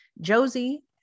Josie